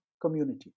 community